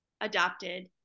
adopted